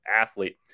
athlete